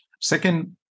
Second